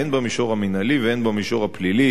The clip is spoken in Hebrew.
הן במישור המינהלי והן במישור הפלילי,